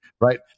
right